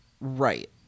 Right